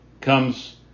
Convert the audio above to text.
comes